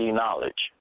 knowledge